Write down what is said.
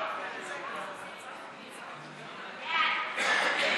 ההצעה להעביר את הצעת חוק השמות (תיקון, הגבלת